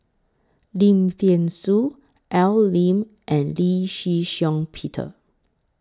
Lim Thean Soo Al Lim and Lee Shih Shiong Peter